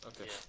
Okay